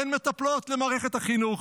אין מטפלות למערכת החינוך.